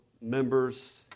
members